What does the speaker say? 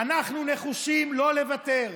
אנחנו נחושים לא לוותר.